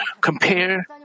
compare